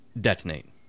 Detonate